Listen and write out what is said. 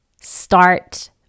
start